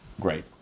Great